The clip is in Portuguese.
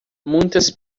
muitas